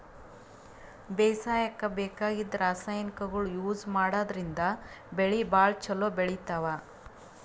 ಬೇಸಾಯಕ್ಕ ಬೇಕಾಗಿದ್ದ್ ರಾಸಾಯನಿಕ್ಗೊಳ್ ಯೂಸ್ ಮಾಡದ್ರಿನ್ದ್ ಬೆಳಿ ಭಾಳ್ ಛಲೋ ಬೆಳಿತಾವ್